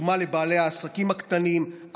אטומה לבעלי העסקים הקטנים,